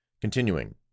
Continuing